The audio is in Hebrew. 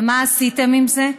ומה עשיתם עם זה?